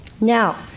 now